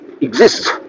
exists